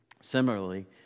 Similarly